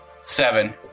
Seven